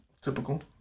Typical